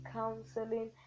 counseling